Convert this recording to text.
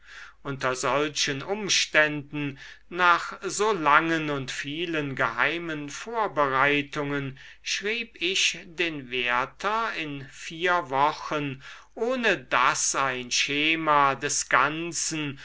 unter solchen umständen nach so langen und vielen geheimen vorbereitungen schrieb ich den werther in vier wochen ohne daß ein schema des ganzen